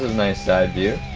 nice side view.